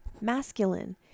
masculine